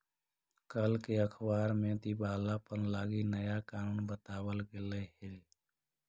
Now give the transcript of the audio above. कल के अखबार में दिवालापन लागी नया कानून बताबल गेलई हे